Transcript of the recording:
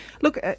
Look